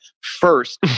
First